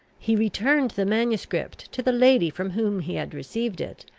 he returned the manuscript to the lady from whom he had received it,